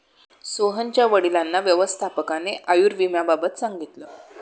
सोहनच्या वडिलांना व्यवस्थापकाने आयुर्विम्याबाबत सांगितले